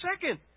second